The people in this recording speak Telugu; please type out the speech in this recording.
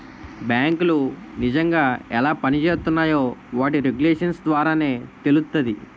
బేంకులు నిజంగా ఎలా పనిజేత్తున్నాయో వాటి రెగ్యులేషన్స్ ద్వారానే తెలుత్తాది